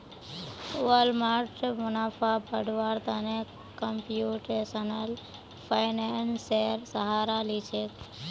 Walmart मुनाफा बढ़व्वार त न कंप्यूटेशनल फाइनेंसेर सहारा ली छेक